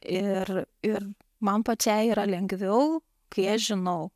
ir ir man pačiai yra lengviau kai aš žinau